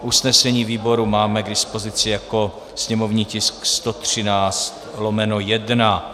Usnesení výboru máme k dispozici jako sněmovní tisk 113/1.